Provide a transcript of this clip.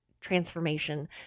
transformation